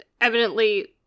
evidently